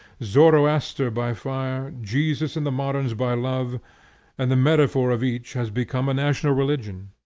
zoroaster by fire, jesus and the moderns by love and the metaphor of each has become a national religion.